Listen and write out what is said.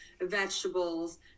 vegetables